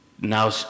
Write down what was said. now